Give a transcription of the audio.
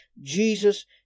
Jesus